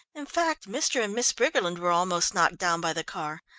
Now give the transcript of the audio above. in fact, mr. and miss briggerland were almost knocked down by the car.